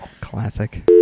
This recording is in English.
Classic